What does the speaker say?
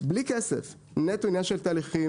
בלי כסף, נטו עניין של תהליכים,